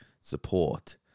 support